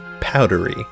powdery